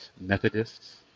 Methodists